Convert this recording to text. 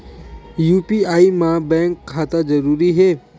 UPI मा bank खाता जरूरी हे?